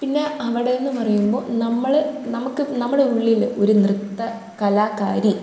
പിന്നെ അവിടേ എന്ന് പറയുമ്പോൾ നമ്മള് നമുക്ക് നമ്മുടെ ഉള്ളില് ഒരു നൃത്ത കലാകാരി